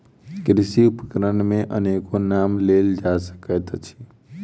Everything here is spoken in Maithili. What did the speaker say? कृषि उपकरण मे अनेको नाम लेल जा सकैत अछि